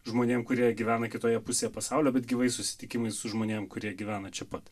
žmonėm kurie gyvena kitoje pusėje pasaulio bet gyvais susitikimais su žmonėm kurie gyvena čia pat